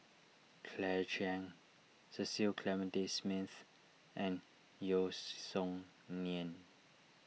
Claire Chiang Cecil Clementi Smith and Yeo Song Nian